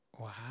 Wow